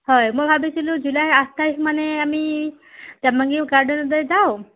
হয় মই ভাবিছিলোঁ জুলাই আঠ তাৰিখে মানে আমি দেবাংগী গাৰ্ডেনলৈ যাওঁ